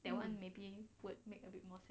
that [one] would maybe would make a bit more sense